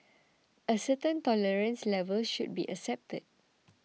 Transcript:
a certain tolerance level should be accepted